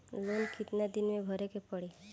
Loan कितना दिन मे भरे के पड़ी?